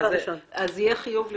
אז יהיה חיוב לרשום.